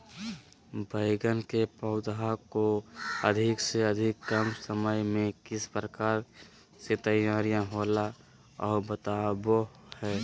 बैगन के पौधा को अधिक से अधिक कम समय में किस प्रकार से तैयारियां होला औ बताबो है?